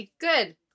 Good